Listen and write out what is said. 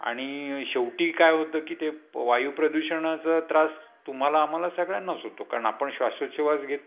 आणि शेवटी काय होतं की ते प वायुप्रदूषणाचा त्रास तुम्हाला आम्हाला सगळ्यांनाच होतो कारण आपण श्वासोसेवास घेतो